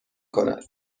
کند